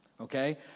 okay